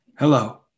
Hello